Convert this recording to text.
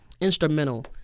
instrumental